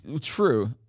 True